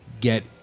get